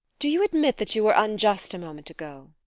do you admit that you were unjust a moment ago?